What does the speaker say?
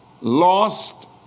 lost